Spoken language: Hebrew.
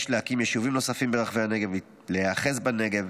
יש להקים יישובים נוספים ברחבי הנגב, להיאחז בנגב